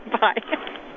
Bye